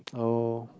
oh